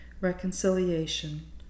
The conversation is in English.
reconciliation